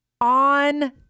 on